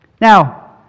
Now